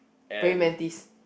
praying mantis